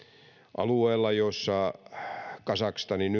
alueella jolla kazakstanin